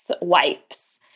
wipes